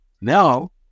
Now